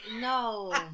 No